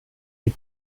die